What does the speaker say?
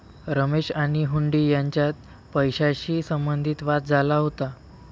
रमेश आणि हुंडी यांच्यात पैशाशी संबंधित वाद झाला होता